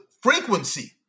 frequency